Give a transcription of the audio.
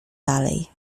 dalej